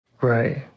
Right